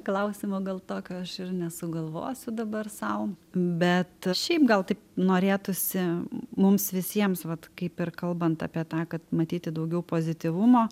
klausimo gal tokio aš ir nesugalvosiu dabar sau bet šiaip gal tik norėtųsi mums visiems vat kaip ir kalbant apie tą kad matyti daugiau pozityvumo